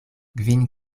kvin